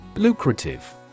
Lucrative